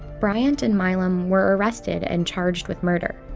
bryant and milam were arrested and charged with murder.